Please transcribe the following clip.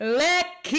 let